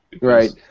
Right